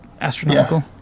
astronomical